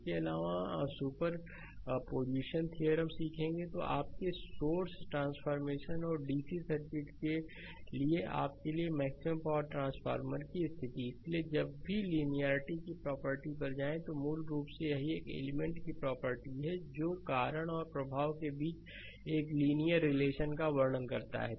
इसके अलावा superposition theorem सीखेंगे तो आपके सोर्स ट्रांसफॉरमेशन और डीसी सर्किट के लिए आपके लिए मैक्सिमम पावर ट्रांसफर की स्थिति इसलिए जब भी लिनियेरिटी की प्रॉपर्टी पर जाएं तो मूल रूप से यह एक एलिमेंट की प्रॉपर्टी है जो कारण और प्रभाव के बीच एक लीनियर रिलेशन का वर्णन करता है